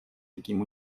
таким